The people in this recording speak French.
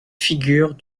figures